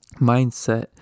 mindset